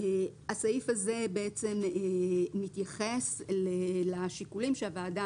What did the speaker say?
הסעיף הזה מתייחס לשיקולים שהוועדה